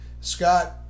Scott